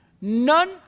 None